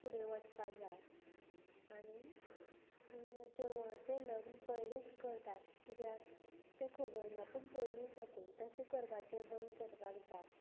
फुडें वचपा जाय आनीक चेडवाचें लग्न पयलेंच करतात कित्याक तें खबर ना पूण पयलीं साकून तशें करपाचें बंद करपाक जाय